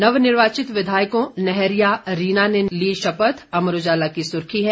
नवनिर्वाचित विधायकों नैहरिया रीना ने ली शपथ अमर उजाला की सुर्खी है